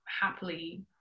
happily